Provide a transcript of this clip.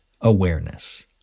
awareness